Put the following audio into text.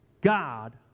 God